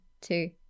two